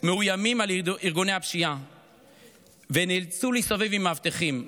מאוימים על ידי ארגוני הפשיעה ונאלצו להסתובב עם מאבטחים.